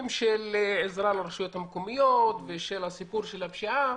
של עזרה לרשויות המקומיות ושל הסיפור של הפשיעה,